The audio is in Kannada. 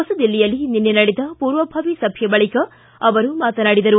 ಹೊಸದಿಲ್ಲಿಯಲ್ಲಿ ನಿನ್ನೆ ನಡೆದ ಪೂರ್ವಭಾವಿ ಸಭೆಯ ಬಳಿಕ ಅವರು ಮಾತನಾಡಿದರು